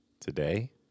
today